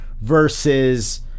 versus